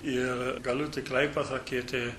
ir galiu tikrai pasakyti